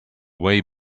way